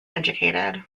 educated